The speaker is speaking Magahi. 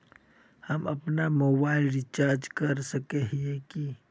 हम अपना मोबाईल रिचार्ज कर सकय हिये की?